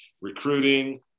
recruiting